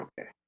okay